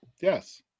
Yes